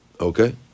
okay